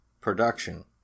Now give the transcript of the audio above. production